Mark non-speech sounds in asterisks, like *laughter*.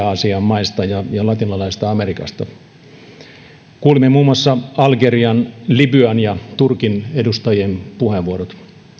*unintelligible* aasian maista ja latinalaisesta amerikasta kuulimme muun muassa algerian libyan ja turkin edustajien puheenvuorot